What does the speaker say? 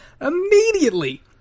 immediately